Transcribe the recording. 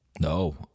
No